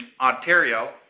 Ontario